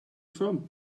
from